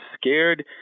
scared